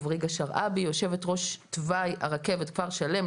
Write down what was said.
יו"ר תוואי הרכבת כפר שלם,